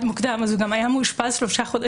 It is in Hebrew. מוקדם אז הוא גם היה מאושפז 3 חודשים,